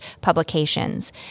publications